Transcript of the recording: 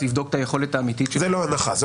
לבדוק את היכולת האמיתית --- זו לא הנחה.